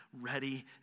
ready